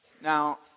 Now